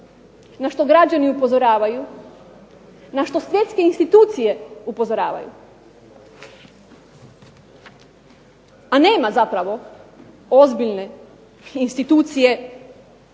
na što građani upozoravaju, na što svjetske institucije upozoravaju. A nema zapravo ozbiljne institucije